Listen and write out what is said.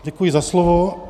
Děkuji za slovo.